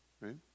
right